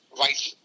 right